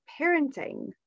parenting